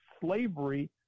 slavery